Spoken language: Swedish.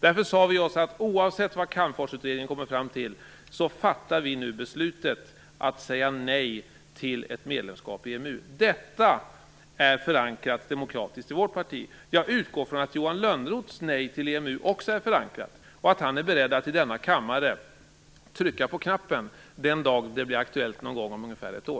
Därför sade vi att oavsett vad Calmforska utredningen kommer fram till fattar vi nu beslutet att säga nej till ett medlemskap i EMU. Detta är demokratiskt förankrat i vårt parti. Jag utgår från att Johan Lönnroths nej till EMU också är förankrat och att han är beredd att i denna kammare trycka på knappen den dagen det blir aktuellt, om ungefär ett år.